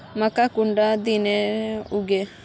मक्का कुंडा दिनोत उगैहे?